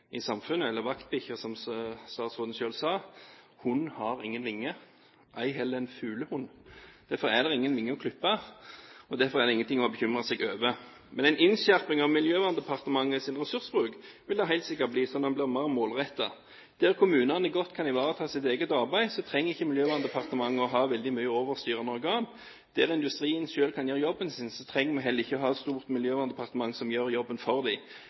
i samfunnet. Hunden har ingen vinger, ei heller en fuglehund. Derfor er det ingen vinger å klippe. Derfor er det ingenting å bekymre seg for. Men en innskjerping av Miljøverndepartementets ressursbruk vil det helt sikkert bli, den blir mer målrettet. Det at kommunene godt kan ivareta sitt eget arbeid, gjør at Miljøverndepartementet ikke trenger å ha veldig mange overstyrende organer. Det at industrien selv kan gjøre jobben sin, gjør at vi heller ikke trenger et stort miljøverndepartement som gjør jobben for